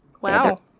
Wow